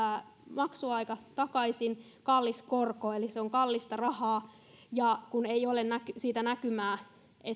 maksuaika takaisin ja kallis korko eli se on kallista rahaa ja ei ole siitä näkymää